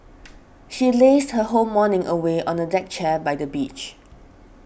she lazed her whole morning away on a deck chair by the beach